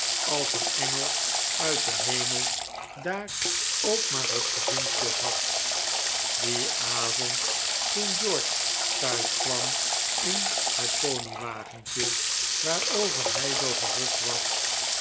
als een engel uit den hemel daar ook maar op gezinspeeld had dien avond toen george thuis kwam in het pony wagentje waarover hij zoo verrukt was